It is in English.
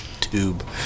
tube